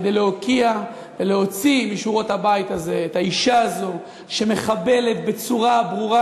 כדי להוקיע ולהוציא משורות הבית הזה את האישה הזו שמחבלת בצורה ברורה,